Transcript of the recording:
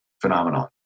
phenomenon